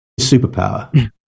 superpower